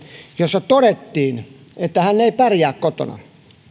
jossa todettiin että hän ei pärjää kotona